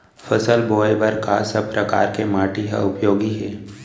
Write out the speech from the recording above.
फसल बोए बर का सब परकार के माटी हा उपयोगी हे?